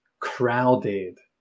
crowded